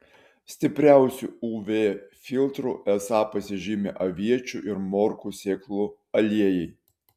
stipriausiu uv filtru esą pasižymi aviečių ir morkų sėklų aliejai